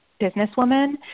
businesswoman